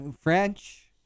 French